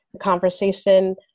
conversation